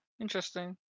interesting